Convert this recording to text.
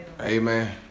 Amen